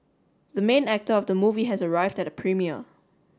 the main actor of the movie has arrived at the premiere